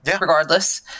regardless